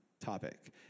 topic